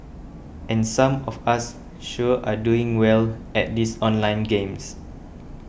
and some of us sure are doing well at these online games